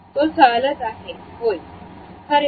तो चालत आहे होय खरे आहे